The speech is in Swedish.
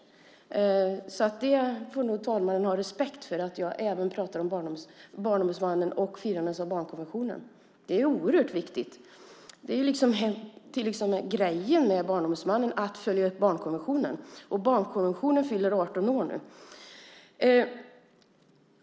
Talmannen får nog ha respekt för att jag förutom Barnombudsmannen även pratar om firandet av barnkonventionen. Det är oerhört viktigt. Det är liksom grejen med Barnombudsmannen att följa upp barnkonventionen, och barnkonventionen fyller 18 år nu.